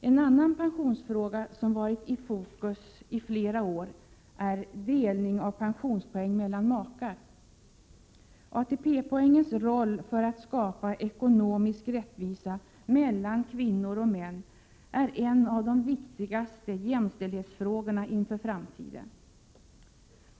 En annan pensionsfråga som varit i fokus i flera år är delning av pensionspoäng mellan makar. ATP-poängens roll för att skapa ekonomisk rättvisa mellan kvinnor och män är en av de viktigaste jämställdhetsfrågorna inför framtiden.